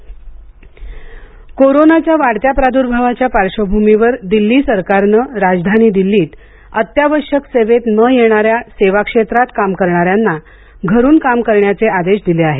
corona Delhi कोरोनाच्या वाढत्या प्रादु्भावाच्या पार्श्वभूमीवर दिल्ली सरकारने राजधानी दिल्लीत अत्यावश्यक सेवेत न येणाऱ्या सेवा क्षेत्रांत काम करणाऱ्यांना घरून काम करण्याचे आदेश दिले आहेत